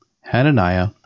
Hananiah